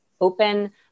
open